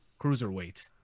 cruiserweight